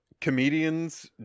comedians